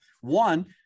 one